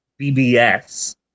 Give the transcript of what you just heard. BBS